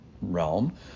realm